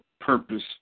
purpose